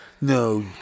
no